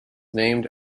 named